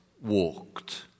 walked